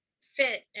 fit